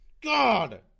God